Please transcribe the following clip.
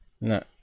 no